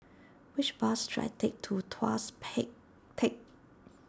which bus should I take to Tuas Peck Tech